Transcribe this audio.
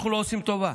אנחנו לא עושים טובה.